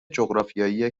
جغرافیایی